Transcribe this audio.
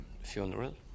funeral